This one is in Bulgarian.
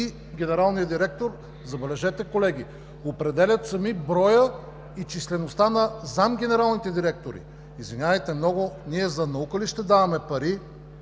и генералният директор, забележете, колеги, определят сами броя и числеността на заместник-генералните директори. Извинявайте много, ние за наука ли ще даваме пари